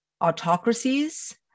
autocracies